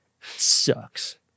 Sucks